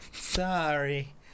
sorry